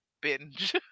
binge